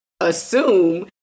assume